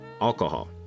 alcohol